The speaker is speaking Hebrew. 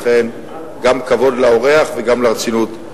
ולכן גם כבוד לאורח וגם לרצינות,